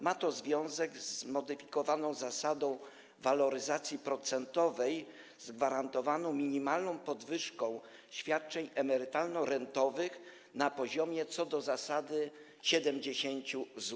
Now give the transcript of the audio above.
Ma to związek ze zmodyfikowaną zasadą waloryzacji procentowej, z gwarantowaną minimalną podwyżką świadczeń emerytalno-rentowych na poziomie co do zasady 70 zł.